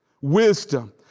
wisdom